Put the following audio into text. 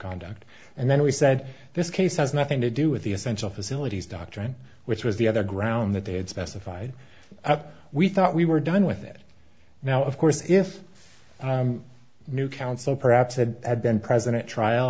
conduct and then we said this case has nothing to do with the essential facilities doctrine which was the other ground that they had specified up we thought we were done with it now of course if new counsel perhaps had had been present at trial